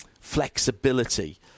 flexibility